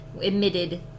emitted